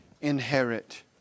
inherit